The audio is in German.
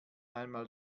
einmal